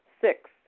Six